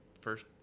first